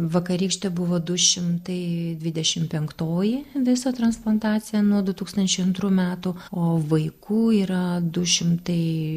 vakarykštė buvo du šimtai dvidešim penktoji viso transplantacija nuo du tūkstančiai antrų metų o vaikų yra du šimtai